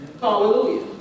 Hallelujah